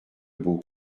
beau